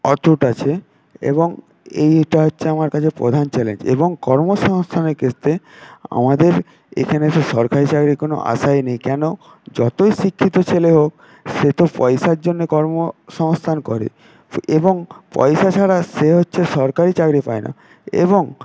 অটুট আছে এবং এইটা হচ্ছে আমার কাছে প্রধান চ্যালেঞ্জ এবং কর্মসংস্থানের ক্ষেত্রে আমাদের এখানে এসে সরকারি চাকরির কোন আশাই নেই কেন যতই শিক্ষিত ছেলে হোক সে তো পয়সার জন্য কর্মসংস্থান করে এবং পয়সা ছাড়া সে হচ্ছে সরকারি চাকরি পায় না এবং